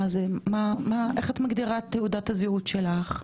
איך את מגדירה את תעודת הזהות שלך?